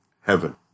heaven